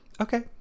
Okay